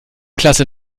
klasse